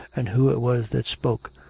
and who it was that spoke,